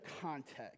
context